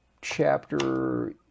Chapter